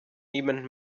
niemand